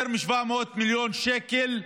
יותר מ-700 מיליון שקל,